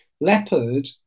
Leopard